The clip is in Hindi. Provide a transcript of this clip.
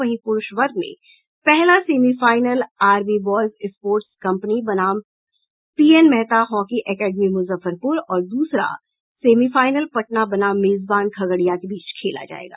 वहीं प्रूरष वर्ग में पहला semifinal army boys sports company बनाम PN Mehta hockey academy Muzaffarpur और दूसरा सेमीफाईनल पटना बनाम मेजबान खगड़िया के बीच खेला जायेगा